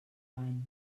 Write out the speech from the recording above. bany